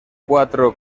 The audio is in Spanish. cuatro